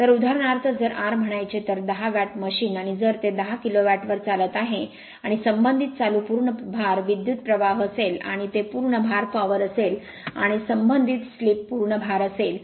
तर उदाहरणार्थ जर r म्हणायचे तर 10 वॅट मशीन आणि जर ते 10 किलोवॅटवर चालत आहे आणि संबंधित चालू पूर्ण भार विद्युत प्रवाह असेल आणि ते पूर्ण भार पॉवर असेल आणि संबंधित स्लिप पूर्ण भार असेल